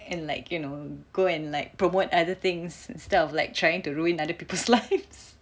and like you know go and like promote other things instead of like trying to ruin other people's lives